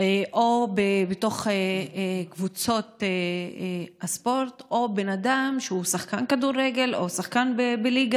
או בתוך קבוצות הספורט או שבן-אדם שהוא שחקן כדורגל או שחקן בליגה